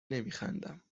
نمیخندم